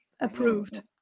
approved